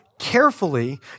Carefully